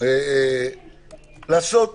צריך לעשות